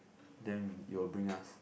then you will bring us